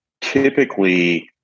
typically